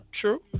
True